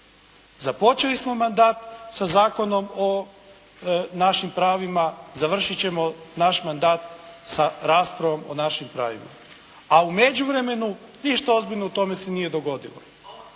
Započeli smo mandat sa Zakonom o našim pravima, završiti ćemo naš mandat sa raspravom o našim pravima. A u međuvremenu ništa ozbiljno u tome se nije dogodilo.